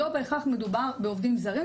לא בהכרח מדובר בעובדים זרים,